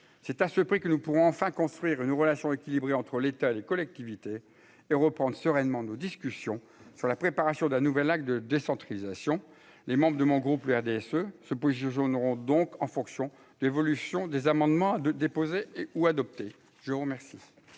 c'est à ce prix que nous pourrons enfin construire une relation équilibrée entre l'État et les collectivités et reprendre sereinement nos discussions sur la préparation d'un nouvel acte de décentralisation, les membres de mon groupe RDSE se pose Jojo n'auront donc en fonction de l'évolution des amendements de déposés ou adopté, je vous remercie.